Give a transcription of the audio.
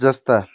जस्ता